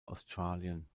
australien